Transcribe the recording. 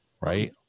right